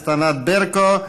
הכנסת ענת ברקו.